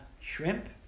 shrimp